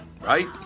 Right